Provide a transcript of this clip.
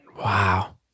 Wow